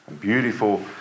Beautiful